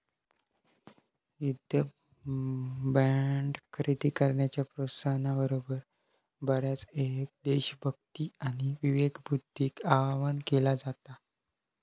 युद्ध बॉण्ड खरेदी करण्याच्या प्रोत्साहना बरोबर, बऱ्याचयेळेक देशभक्ती आणि विवेकबुद्धीक आवाहन केला जाता